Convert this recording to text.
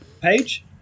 page